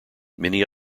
many